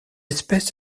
espèce